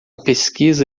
pesquisa